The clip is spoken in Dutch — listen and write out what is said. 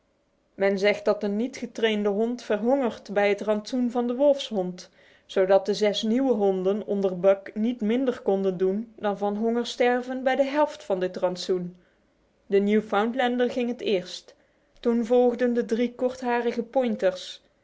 men zegt dat een niet getrainde hond verhongert bij het rantsoen van de wolfshond zodat de zes nieuwe honden onder buck niet minder konden doen dan van honger sterven bij de helft van dit rantsoen de newfoundlander ging het eerst toen volgden de drie